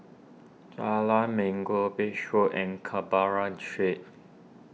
Jalan Minggu Beach Road and Canberra Street